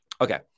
Okay